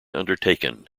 undertaken